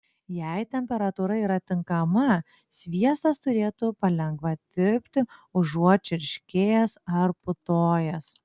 jei temperatūra yra tinkama sviestas turėtų palengva tirpti užuot čirškėjęs ar putojęs